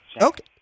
Okay